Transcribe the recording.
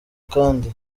kandi